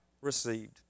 received